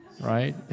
right